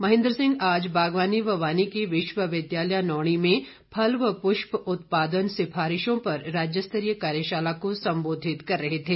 महेंद्र सिंह आज बागवानी व वानिकी विश्वविद्यालय नौणी में फल व प्रष्प उत्पादन सिफारिशों पर राज्यस्तरीय कार्यशाला को संबोधित कर रहे थे